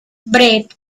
brett